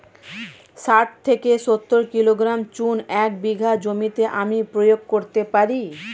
শাঠ থেকে সত্তর কিলোগ্রাম চুন এক বিঘা জমিতে আমি প্রয়োগ করতে পারি?